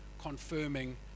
confirming